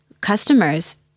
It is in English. customers